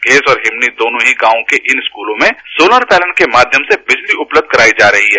घेस और हिमनी दोनों ही गांव के इन स्कूलों में सोलर पैनल के माध्यम से बिजली उपलब्ध करायी जा रही है